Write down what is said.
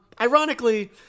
Ironically